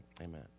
Amen